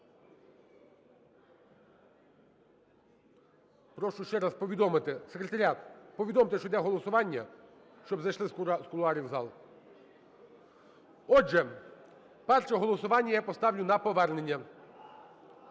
Прошу ще раз повідомити… Секретаріат, повідомте, що йде голосування, щоб зайшли з кулуарів в зал. Отже, перше голосування я поставлю на повернення.